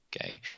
Okay